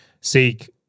Seek